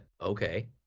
Okay